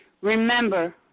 Remember